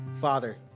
Father